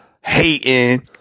hating